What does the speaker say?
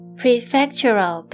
prefectural